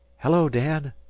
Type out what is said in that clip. hello, dan!